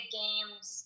games